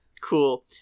Cool